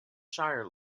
shire